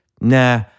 Nah